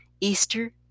Easter